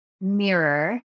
mirror